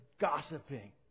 gossiping